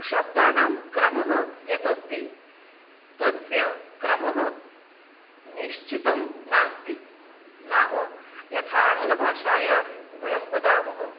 शब्दानां क्रमः यः अस्ति तस्य क्रमः निश्चितं नास्ति नाम यथा आङ्ग्लभाषायां वयं वदामः